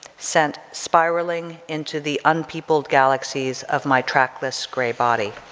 sent spiraling into the unpeopled galaxies of my trackless grey body.